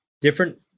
different